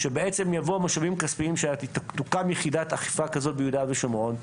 שבעצם תוקם יחידת אכיפה כזאת ביהודה ושומרון,